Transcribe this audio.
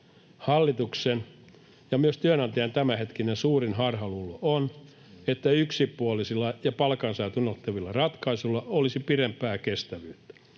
Hallituksen ja myös työnantajien tämänhetkinen suurin harhaluulo on, että yksipuolisilla ja palkansaajat unohtavilla ratkaisuilla olisi pidempää kestävyyttä.